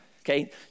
okay